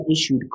issued